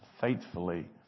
faithfully